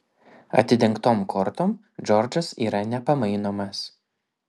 atidengtom kortom džordžas yra nepamainomas